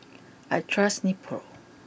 I trust Nepro